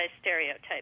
stereotypes